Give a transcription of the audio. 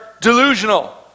delusional